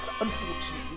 Unfortunately